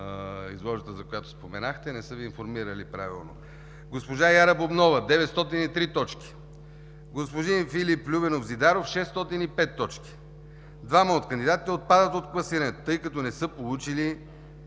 изложбата, за която споменахте – не са Ви информирали правилно; госпожа Яра Бубнова – 903 точки; господин Филип Любенов Зидаров – 605 точки. Двамата от кандидатите отпадат от класирането, тъй като не са получили